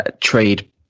trade